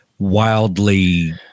wildly